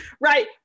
right